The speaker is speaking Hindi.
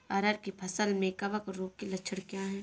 अरहर की फसल में कवक रोग के लक्षण क्या है?